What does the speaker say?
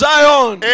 Zion